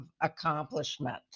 accomplishment